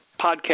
podcast